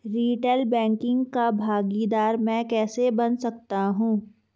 Retail banking का भागीदार मैं कैसे बन सकता हूँ?